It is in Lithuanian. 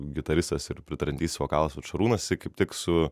gitaristas ir pritariantysis vokalas šarūnas kaip tik su